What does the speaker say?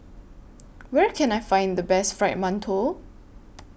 Where Can I Find The Best Fried mantou